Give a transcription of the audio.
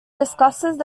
discusses